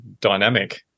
dynamic